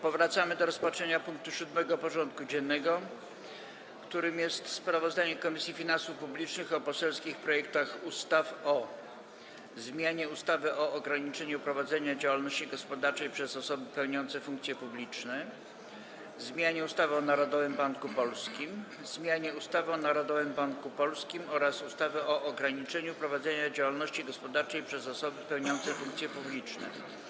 Powracamy do rozpatrzenia punktu 7. porządku dziennego: Sprawozdanie Komisji Finansów Publicznych o poselskich projektach ustaw o: - zmianie ustawy o ograniczeniu prowadzenia działalności gospodarczej przez osoby pełniące funkcje publiczne, - zmianie ustawy o Narodowym Banku Polskim, - zmianie ustawy o Narodowym Banku Polskim oraz ustawy o ograniczeniu prowadzenia działalności gospodarczej przez osoby pełniące funkcje publiczne.